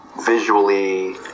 visually